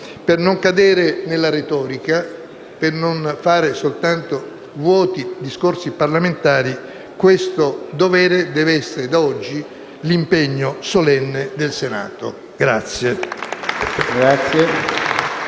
Per non cadere nella retorica, per non fare soltanto vuoti discorsi parlamentari, questo dovere deve essere da oggi l'impegno solenne del Senato.